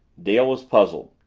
dale was puzzled.